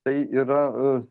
tai yra